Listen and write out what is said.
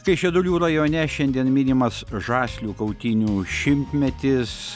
kaišiadorių rajone šiandien minimas žaslių kautynių šimtmetis